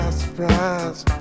surprise